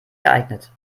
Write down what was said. geeignet